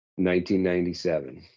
1997